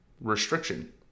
restriction